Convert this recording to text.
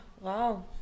wow